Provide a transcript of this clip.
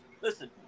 listen